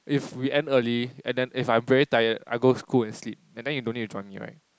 if we end early and then if I'm very tired I'll go to school and sleep and you don't need to join me right